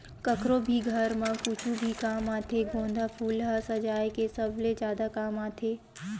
कखरो भी घर म कुछु भी काम आथे गोंदा फूल ह सजाय के सबले जादा काम आथे